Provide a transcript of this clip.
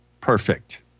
perfect